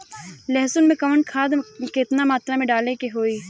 लहसुन में कवन खाद केतना मात्रा में डाले के होई?